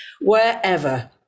wherever